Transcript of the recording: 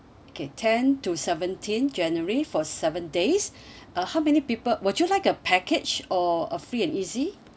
okay ten to seventeen january for seven days uh how many people would you like a package or uh free and easy